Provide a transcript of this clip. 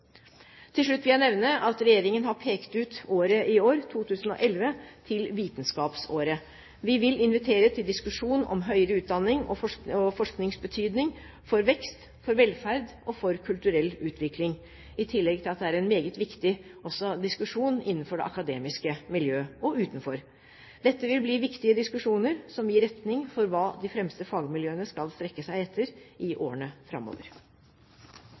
Til slutt vil jeg nevne at regjeringen har pekt ut dette året, 2011, til Vitenskapsåret. Vi vil invitere til diskusjon om den betydningen høyere utdanning og forskning har for vekst, velferd og kulturell utvikling, i tillegg til at det også er en meget viktig diskusjon innenfor og utenfor det akademiske miljøet. Dette vil bli viktige diskusjoner som vil gi retning for hva de fremste fagmiljøene skal strekke seg etter i årene framover.